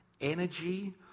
energy